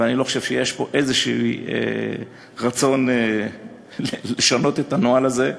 ואני לא חושב שיש פה איזה רצון לשנות את הנוהל הזה.